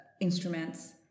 instruments